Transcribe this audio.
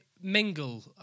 mingle